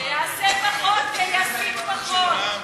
שיעשה פחות ויסית פחות.